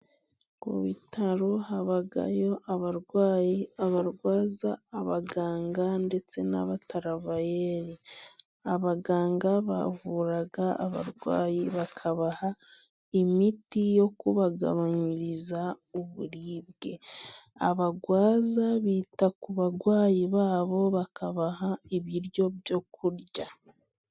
Mu bitaro habayo abarwayi, abarwaza, abaganga ndetse n'abataravayeri. Abaganga bavura abarwayi, bakabaha imiti yo kubagabanyiriza uburibwe. Abarwaza bita ku barwayi ba bo bakabaha ibiryo byo kurya.